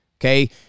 okay